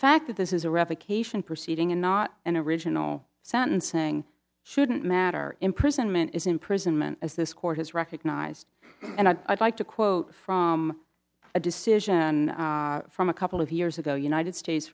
fact that this is a revocation proceeding and not an original sentencing shouldn't matter imprisonment is imprisonment as this court has recognized and i'd like to quote from a decision from a couple of years ago united states